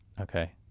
okay